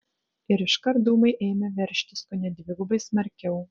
ir iškart dūmai ėmė veržtis kone dvigubai smarkiau